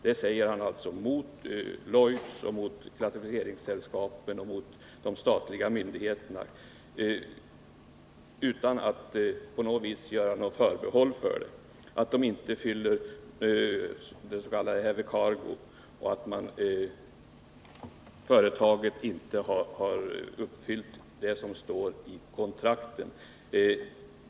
Det säger han alltså mot Lloyds, mot klassificeringssällskapen och mot de statliga myndigheterna, utan att på något vis göra några förbehåll. Detsamma gäller påståendena att fartygen inte uppfyller fordringarna för s.k. heavy cargo och att företaget inte har uppfyllt de villkor som står i kontrakten.